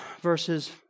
verses